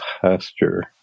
pasture